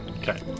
Okay